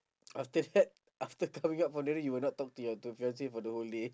after that after coming up from there then you will not talk to your to fiance for the whole day